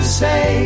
say